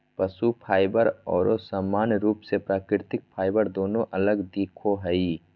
पशु फाइबर आरो सामान्य रूप से प्राकृतिक फाइबर दोनों अलग दिखो हइ